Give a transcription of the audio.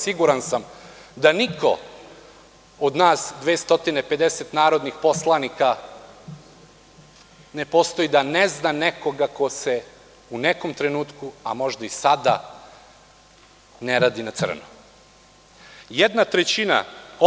Siguran sam da niko od nas 250 narodnih poslanika ne postoji da ne zna nekoga ko se u nekom trenutku, a možda i sada ne radi na crno.